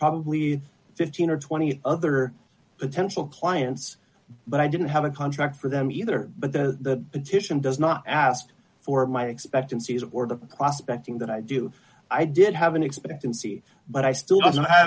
probably fifteen or twenty other potential clients but i didn't have a contract for them either but the petition does not ask for my expectancies or the prospect thing that i do i did have an expectancy but i still doesn't